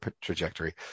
trajectory